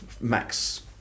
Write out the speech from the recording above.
max